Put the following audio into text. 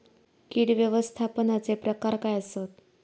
कीड व्यवस्थापनाचे प्रकार काय आसत?